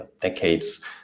decades